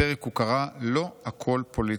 לפרק הוא קרא "לא הכול פוליטי".